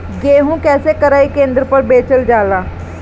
गेहू कैसे क्रय केन्द्र पर बेचल जाला?